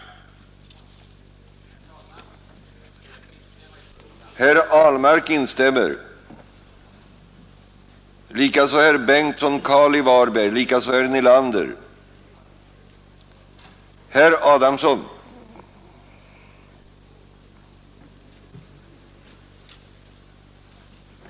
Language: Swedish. Grmoetsuraynue.